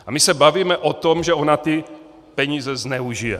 A my se bavíme o tom, že ona ty peníze zneužije.